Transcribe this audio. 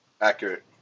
Accurate